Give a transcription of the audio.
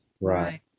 Right